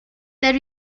there